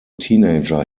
teenager